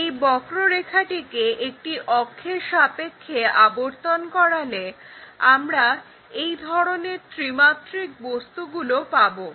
এই বক্ররেখাটিকে একটি অক্ষের সাপেক্ষে আবর্তন করালে আমরা এই ধরনের ত্রিমাত্রিক বস্তুগুলো পাবো